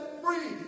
free